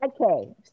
Okay